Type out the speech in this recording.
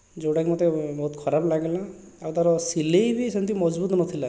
ଯେଉଁଟାକି ମୋତେ ବହୁତ ଖରାପ ଲାଗିଲା ଆଉ ତା'ର ସିଲାଇ ବି ସେମତି ମଜଭୁତ ନଥିଲା